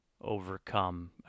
overcome